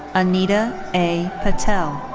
anita a. patel.